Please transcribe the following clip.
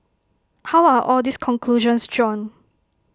how are all these conclusions drawn